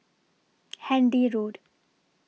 Handy Road